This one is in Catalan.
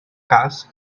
cas